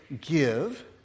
give